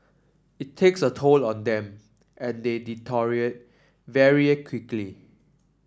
it takes a toll on them and they deteriorate very quickly